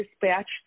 dispatched